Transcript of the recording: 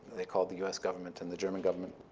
they called the us government and the german government.